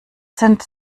sind